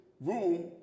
room